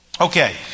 Okay